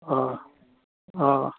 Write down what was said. অ অ